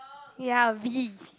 ya V